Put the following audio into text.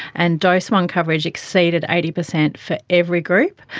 and dose one coverage exceeded eighty percent for every group,